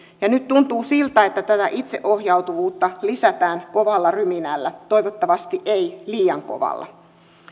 ja nyt tuntuu siltä että tätä itseohjautuvuutta lisätään kovalla ryminällä toivottavasti ei liian kovalla